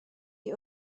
die